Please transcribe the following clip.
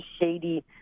shady